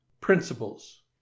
principles